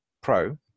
Pro